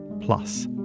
plus